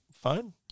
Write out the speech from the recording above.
Phone